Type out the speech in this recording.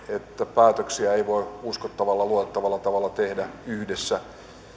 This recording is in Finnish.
päätöksiä ei voi uskottavalla ja luotettavalla tavalla tehdä yhdessä